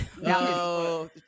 No